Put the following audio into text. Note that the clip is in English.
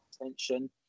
attention